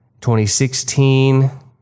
2016